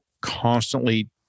constantly